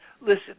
listen